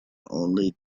only